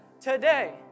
today